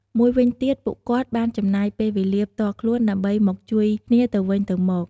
មួយវិញទៀតពួកគាត់បានចំណាយពេលវេលាផ្ទាល់ខ្លួនដើម្បីមកជួយគ្នាទៅវិញទៅមក។